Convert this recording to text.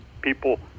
people